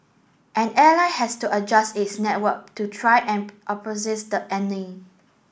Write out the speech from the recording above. an airline has to adjust its network to try and the earning